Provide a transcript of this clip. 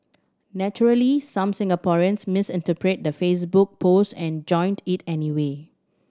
naturally some Singaporeans misinterpreted the Facebook post and joined it anyway